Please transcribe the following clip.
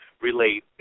relate